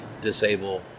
disable